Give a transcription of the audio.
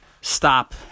stop